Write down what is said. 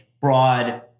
broad